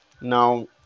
now